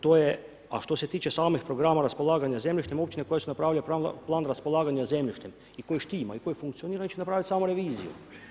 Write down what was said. To je, a što se tiče samih programa raspolaganja zemljištem općine koje su napravile plan raspolaganja zemljištem i koje štima i koje funkcionira će napraviti samo reviziju.